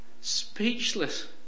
speechless